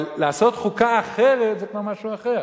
אבל לעשות חוקה אחרת זה כבר משהו אחר.